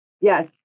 yes